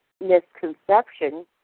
Misconception